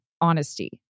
honesty